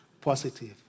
Positive